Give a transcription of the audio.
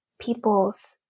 people's